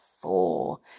four